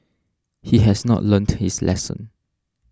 he has not learnt to his lesson